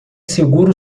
seguro